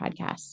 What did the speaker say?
podcasts